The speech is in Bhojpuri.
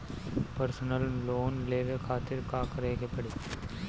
परसनल लोन लेवे खातिर का करे के पड़ी?